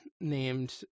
named